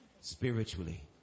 spiritually